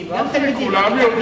אף אחד לא יודע,